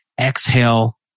exhale